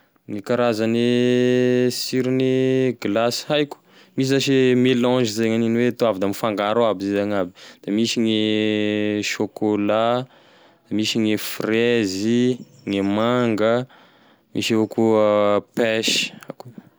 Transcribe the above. Gne karazane sirone glasy haiko: misy zash melange zay gn'aniny hoe da avy da mifangaro aby izy agnaby, misy gne chocolat, misy gne frezy, gne manga, misy avao koa peche.